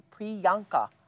Priyanka